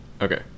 Okay